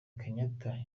kenyatta